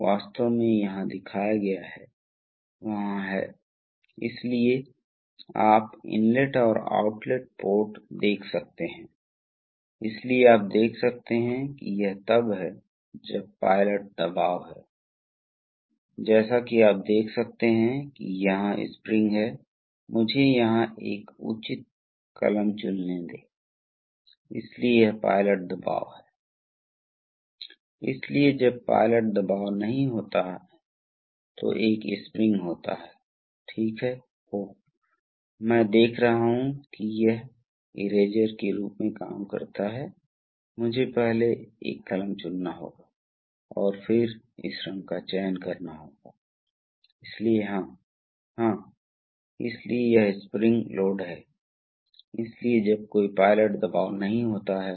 तो हम पहले अपने पहले सर्किट में आते हैं वह क्या है इस सर्किट में इसे अनलोडिंग सर्किट कहा जाता है इसलिए सर्किट देखें दो पंप हैं क्या आप महसूस कर सकते हैं कि यह वास्तव में एक हाइड्रोलिक पंप है यह एक हाइड्रोलिक पंप है यह भी एक अन्य हाइड्रोलिक पंप है और वे एक आम मोटर द्वारा संचालित किए जा रहे हैं इसलिए यह प्रमुख प्रस्तावक है यह प्रमुख प्रस्तावक है और यह पंप वास्तव में समानांतर में जुड़ा हुआ है यह वह जगह है जहाँ यह लोड या सिस्टम में जा रहा है